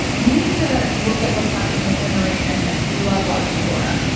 you need to look at what's happening in the generation that grew up watching dora.